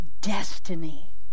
destiny